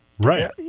Right